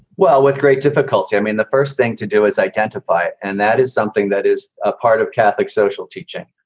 well, with great difficulty. i mean, the first thing to do is identify it. and that is something that is a part of catholic social teaching,